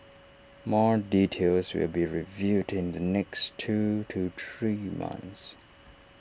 more details will be revealed in the next two to three months